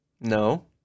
No